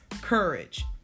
courage